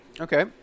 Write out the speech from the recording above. Okay